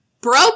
broke